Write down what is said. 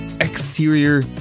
exterior